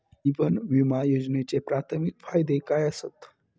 जीवन विमा योजनेचे प्राथमिक फायदे काय आसत?